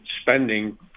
spending